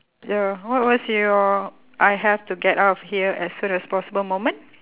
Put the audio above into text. ya what was your I have to get out of here as soon as possible moment